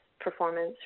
performance